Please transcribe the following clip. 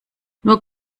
nur